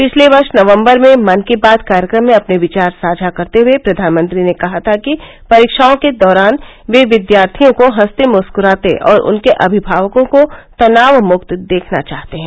पिछले वर्ष नवम्बर में मन की बात कार्यक्रम में अपने विचार साझा करते हुए प्रधानमंत्री ने कहा था कि परीक्षाओं के दौरान वे विद्यार्थियों को हंसते मुस्कुराते और उनके अभिभावकों को तनाव मुक्त देखना चाहते हैं